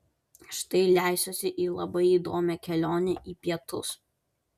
štai leisiuosi į labai įdomią kelionę į pietus